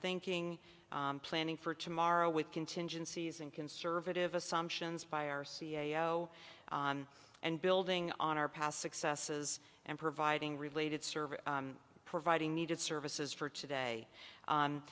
thinking planning for tomorrow with contingencies and conservative assumptions by our c e o and building on our past successes and providing related service providing needed services for today